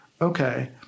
Okay